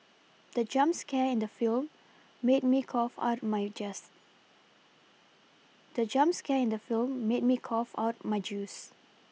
the jump scare in the film made me cough out my just the jump scare in the film made me cough out my juice